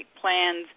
plans